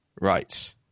right